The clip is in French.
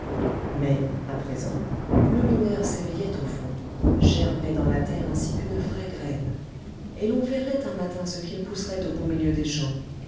mais à présent le mineur s'éveillait au fond germait dans la terre ainsi qu'une vraie graine et l'on verrait un matin ce qu'il pousserait au beau milieu des champs